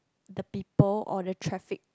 the people or the traffic